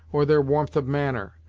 or their warmth of manner,